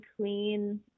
clean